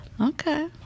Okay